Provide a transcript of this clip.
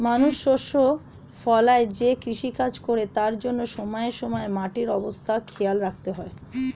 মানুষ শস্য ফলায় যে কৃষিকাজ করে তার জন্যে সময়ে সময়ে মাটির অবস্থা খেয়াল রাখতে হয়